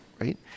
right